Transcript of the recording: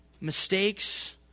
mistakes